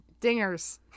Dingers